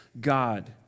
God